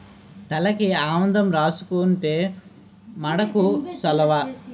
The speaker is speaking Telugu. తలకి ఆవదం రాసుకుంతే మాడుకు సలవ